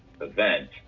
event